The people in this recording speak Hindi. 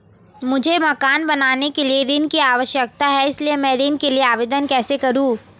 मुझे मकान बनाने के लिए ऋण की आवश्यकता है इसलिए मैं ऋण के लिए आवेदन कैसे करूं?